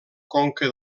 conca